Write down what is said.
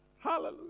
Hallelujah